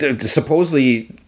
supposedly